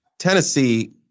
Tennessee